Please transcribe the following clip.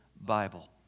Bible